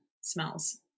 smells